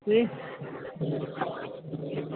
ठीकु